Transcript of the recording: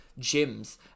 gyms